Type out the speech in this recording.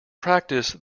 practice